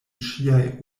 ŝiaj